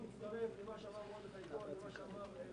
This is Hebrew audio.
אני מצפה מיושב ראש מרכז השלטון המקומי